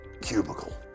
cubicle